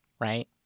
right